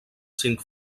cinc